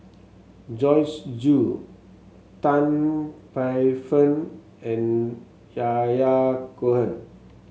Joyce Jue Tan Paey Fern and Yahya Cohen